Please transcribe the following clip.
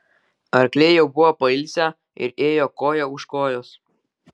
arkliai jau buvo pailsę ir ėjo koja už kojos